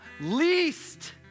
least